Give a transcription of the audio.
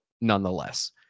nonetheless